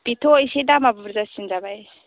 बेथ' एसे दामा बुरजासिन जाबाय